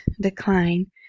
decline